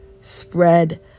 spread